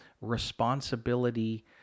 responsibility